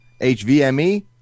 HVME